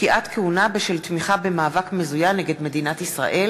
פקיעת כהונה בשל תמיכה במאבק מזוין נגד מדינת ישראל),